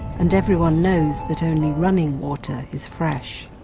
and everyone knows that only running water is fresh.